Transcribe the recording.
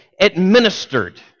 administered